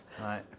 right